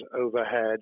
overhead